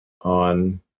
on